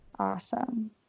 Awesome